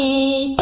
a